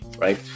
right